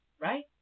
Right